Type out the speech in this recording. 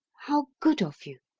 how good of you.